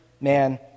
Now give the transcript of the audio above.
man